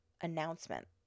announcement